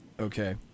Okay